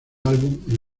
álbum